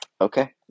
Okay